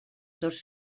dos